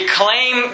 claim